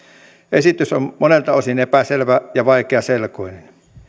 esitys on monelta osin epäselvä ja vaikeaselkoinen